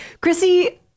Chrissy